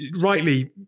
rightly